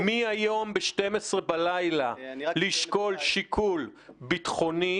מהיום ב-12 בלילה לשקול שיקול ביטחוני,